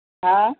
ہاں